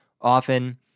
often